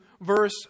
verse